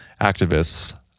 activists